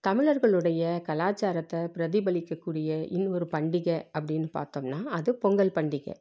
தமிழர்களுடைய கலாச்சாரத்தை பிரதிபலிக்கக்கூடிய இன்னொரு பண்டிகை அப்படின் பார்த்தோம்ன்னா அது பொங்கல் பண்டிகை